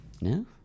No